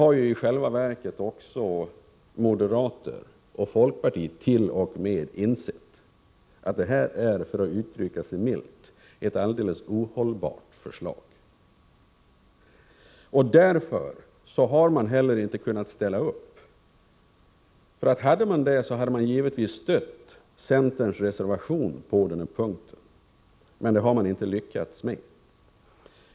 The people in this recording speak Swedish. I själva verket har moderater och folkpartister insett att detta, för att uttrycka sig milt, är ett alldeles ohållbart förslag. Därför har man inte heller kunnat ställa upp. Hade man kunnat det hade man givetvis stött centerns reservation på den här punkten, men det har man inte lyckats med.